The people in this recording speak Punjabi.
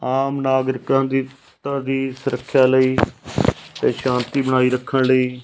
ਆਮ ਨਾਗਰਿਕਾ ਦੀ ਸੁਰੱਖਿਆ ਲਈ ਅਤੇ ਸ਼ਾਂਤੀ ਬਣਾਈ ਰੱਖਣ ਲਈ